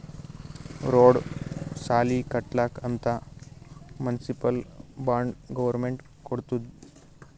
road, ಸಾಲಿ ಕಟ್ಲಕ್ ಅಂತ್ ಮುನ್ಸಿಪಲ್ ಬಾಂಡ್ ಗೌರ್ಮೆಂಟ್ ಕೊಡ್ತುದ್